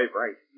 right